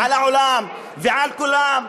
על העולם ועל כולם.